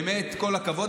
באמת כל הכבוד.